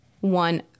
one